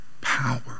power